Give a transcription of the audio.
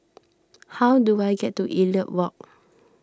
how do I get to Elliot Walk